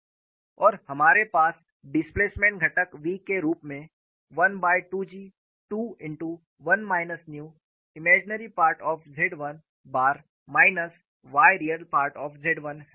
और हमारे पास डिस्प्लेसमेंट घटक v के रूप में 1 by 2 G 2 into 1 minus nu the imaginary part of Z 1 bar minus y real part of Z 1